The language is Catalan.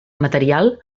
material